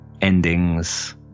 endings